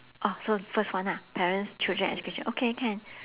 oh so first one ha parents children education okay can